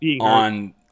on –